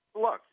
look